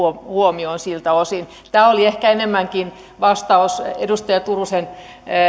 huomioon siltä osin tämä oli ehkä enemmänkin vastaus edustaja turusen